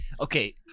Okay